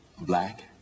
black